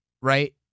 right